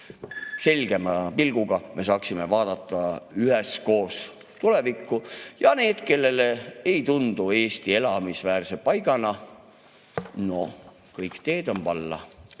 selgema pilguga vaadata üheskoos tulevikku. Ja need, kellele ei tundu Eesti elamisväärse paigana – no kõik teed on valla.